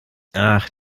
ach